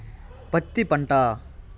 పత్తి పంట